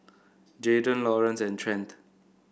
Jaden Laurance and Trent